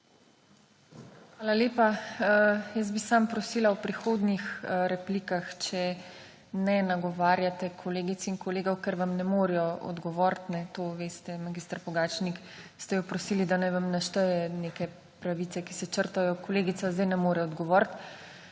Hvala lepa. Jaz bi samo prosila v prihodnjih replikah, če ne nagovarjate kolegic in kolegov, ker vam ne morejo odgovorit. To veste, mag. Pogačnik, ste jo prosili, da naj vam našteje neke pravice, ki se črtajo. Kolegica zdaj ne more odgovoriti,